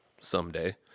someday –